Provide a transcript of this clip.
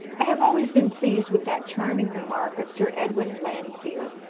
i have always been pleased with that charming remark of sir edwin landseer,